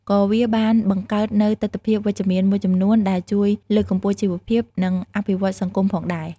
ក៏វាបានបង្កើតនូវទិដ្ឋភាពវិជ្ជមានមួយចំនួនដែលជួយលើកកម្ពស់ជីវភាព និងអភិវឌ្ឍន៍សង្គមផងដែរ។